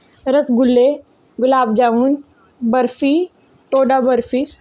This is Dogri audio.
रसगुल्ले गुलाबजामुन बर्फी ढोडा बर्फी